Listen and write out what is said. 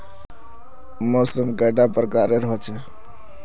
मौसम कैडा प्रकारेर होचे?